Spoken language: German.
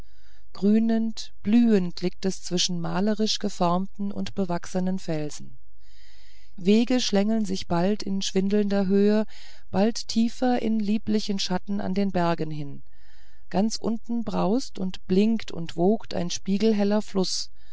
grünend blühend liegt es zwischen malerisch geformten und bewachsenen felsen wege schlängeln sich bald in schwindelnder höhe bald tiefer in lieblichen schatten an den bergen hin ganz unten braust und blinkt und wogt ein spiegelheller fluß